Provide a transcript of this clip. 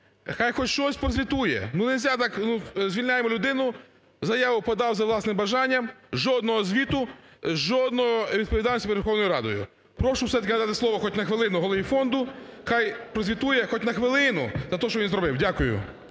Хай хоч щось прозвітує. Ну, нельзя так. Звільняємо людину, заяву подав за власним бажанням. Жодного звіту, жодної відповідальності перед Верховною Радою. Прошу все-таки надати слово хоч на хвилину голові фонду, хай прозвітує, хоч на хвилину, про те, що він зробив. Дякую.